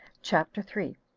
chapter three.